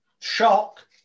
shock